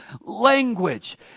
language